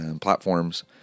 platforms